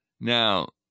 Now